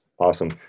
Awesome